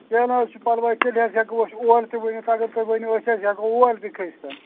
کیٚنٛہہ نہٕ حظ چھُ پَرواے تیٚلہِ حظ ہیٚکو أسۍ اور تہِ ؤتِتھ اگر تُہۍ ؤنِو أسۍ حظ ہیٚکو اور تہِ کھٔسِتھ